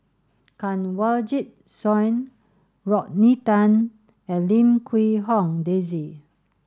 Kanwaljit Soin Rodney Tan and Lim Quee Hong Daisy